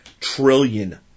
trillion